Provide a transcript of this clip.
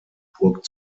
burg